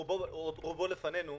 והרוב עוד לפנינו,